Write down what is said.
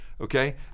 Okay